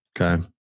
Okay